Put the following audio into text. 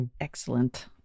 Excellent